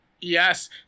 Yes